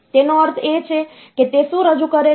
તેનો અર્થ એ છે કે તે શું રજૂ કરે છે